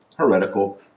Heretical